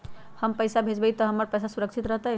हम पैसा भेजबई तो हमर पैसा सुरक्षित रहतई?